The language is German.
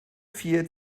vier